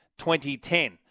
2010